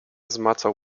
zmacał